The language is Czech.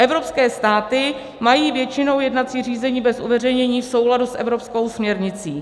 Evropské státy mají většinou jednací řízení bez uveřejnění v souladu s evropskou směrnicí.